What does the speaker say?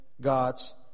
God's